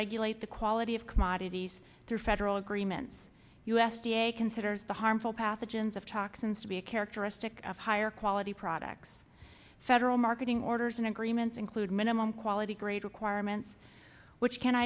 regulate the quality of commodities through federal agreements u s d a considers the harmful pathogens of toxins to be a characteristic of higher quality products federal marketing orders and agreements include minimum quality grade requirements which can